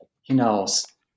Hinaus